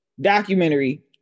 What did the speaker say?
Documentary